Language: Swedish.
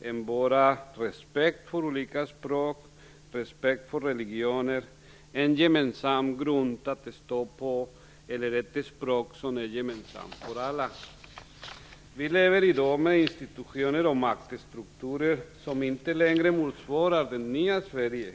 än bara respekt för olika språk, respekt för religioner, en gemensam grund att stå på eller ett språk som är gemensamt för alla. Vi lever i dag med institutioner och maktstrukturer som inte längre motsvarar det nya Sverige.